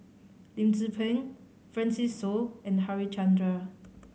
Lim Tze Peng Francis Seow and Harichandra